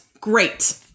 great